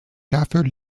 dafür